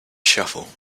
shuffle